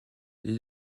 les